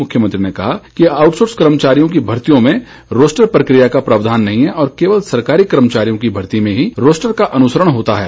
मुख्यमंत्री ने कहा कि आउटसोर्स कर्मचारियों की भर्तियोँ में रोस्टर प्रकिया का कोई प्रावधान नहीं है और केवल सरकारी कर्मचारियों की मर्ती में ही रोस्टर का अनुसरण होता है